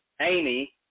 Amy